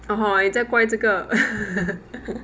orh hor 在怪这个